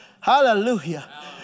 Hallelujah